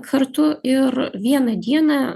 kartu ir vieną dieną